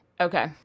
Okay